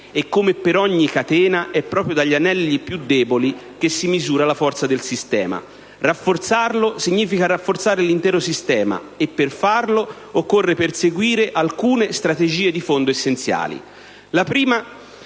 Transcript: e, come per ogni catena, è proprio dagli anelli più deboli che si misura la forza del sistema. Rafforzarlo significa rafforzare l'intero sistema e per farlo occorre perseguire alcune strategie di fondo essenziali.